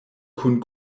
kun